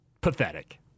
pathetic